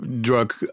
drug